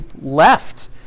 left